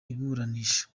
iburanisha